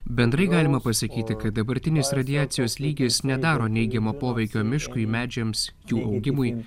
bendrai galima pasakyti kad dabartinis radiacijos lygis nedaro neigiamo poveikio miškui medžiams jų augimui